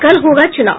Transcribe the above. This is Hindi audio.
कल होगा चुनाव